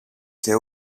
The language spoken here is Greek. και